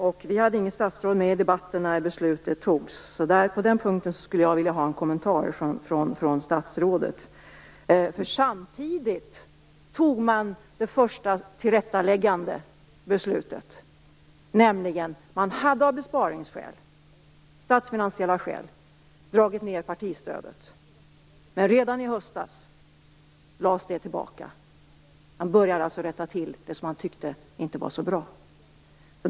Vi hade inte något statsråd med i debatten när beslutet fattades. Därför skulle jag vilja ha en kommentar på den punkten från statsrådet. Samtidigt fattades det första tillrättaläggande beslutet. Man hade av besparingsskäl och statsfinansiella skäl dragit ned partistödet. Men redan i höstas lades det tillbaka. Man började alltså rätta till det som man tyckte inte var så bra.